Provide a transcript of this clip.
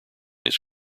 his